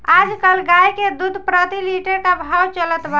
आज कल गाय के दूध प्रति लीटर का भाव चलत बा?